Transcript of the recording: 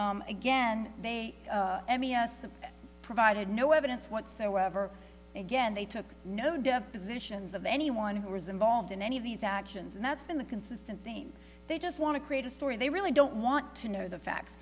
so again they m e s provided no evidence whatsoever again they took no depositions of anyone who was involved in any of these actions and that's been the consistent theme they just want to create a story they really don't want to know the facts